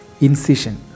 incision